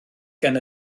gan